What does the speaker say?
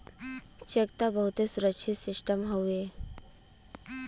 check त बहुते सुरक्षित सिस्टम हउए